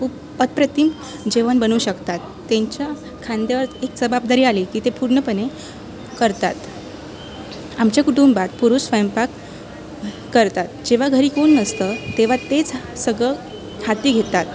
खूप अप्रतिम जेवण बनवू शकतात त्यांच्या खांद्यावर एक जबाबदारी आली की ते पूर्णपणे करतात आमच्या कुटुंबात पुरुष स्वयंपाक करतात जेव्हा घरी कोण नसतं तेव्हा तेच सगळं हाती घेतात